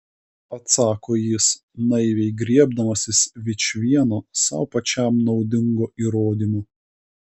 atsako jis naiviai griebdamasis vičvieno sau pačiam naudingo įrodymo